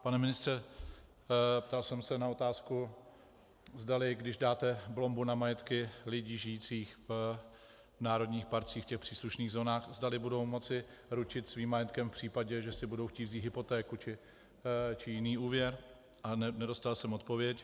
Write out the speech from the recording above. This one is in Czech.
Pane ministře, ptal jsem se na otázku, zdali když dáte plombu na majetky lidí žijících v národních parcích v těch příslušných zónách, zdali budou moci ručit svým majetkem v případě, že si budou chtít vzít hypotéku či jiný úvěr, a nedostal jsem odpověď.